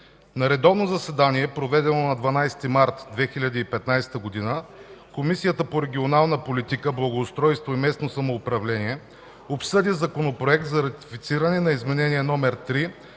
На редовно заседание, проведено на 12 март 2015 г., Комисията по регионална политика, благоустройство и местно самоуправление обсъди Законопроект за ратифициране на Изменение № 3